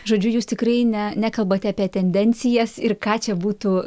žodžiu jūs tikrai ne nekalbate apie tendencijas ir ką čia būtų